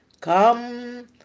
come